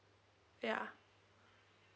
ya